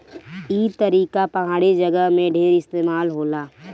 ई तरीका पहाड़ी जगह में ढेर इस्तेमाल होला